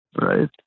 Right